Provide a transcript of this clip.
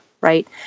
right